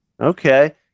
Okay